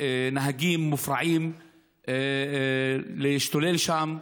מנהגים מופרעים להשתולל שם.